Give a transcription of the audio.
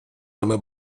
ними